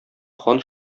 хан